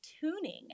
tuning